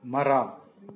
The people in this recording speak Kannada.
ಮರ